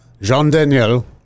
Jean-Daniel